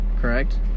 Correct